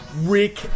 Rick